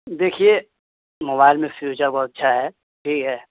دیکھیے موبائل میں فیوچر بہت اچھا ہے ٹھیک ہے